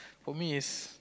for me is